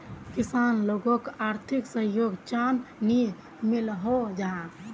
किसान लोगोक आर्थिक सहयोग चाँ नी मिलोहो जाहा?